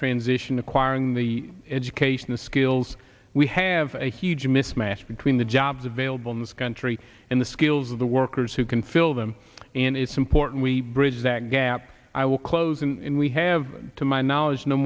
transition acquiring the education the skills we have a huge mismatch between the jobs available in this country and the skills of the workers who can fill them and it's important we bridge that gap i will close in we have to my knowledge no